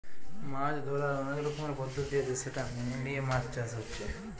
মাছ ধোরার অনেক রকমের পদ্ধতি আছে সেটা মেনে লিয়ে মাছ চাষ হচ্ছে